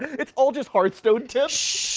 its all just hearthstone tips,